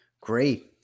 Great